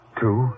two